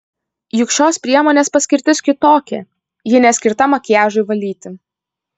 juk šios priemonės paskirtis kitokia ji neskirta makiažui valyti